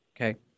okay